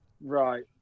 Right